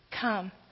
Come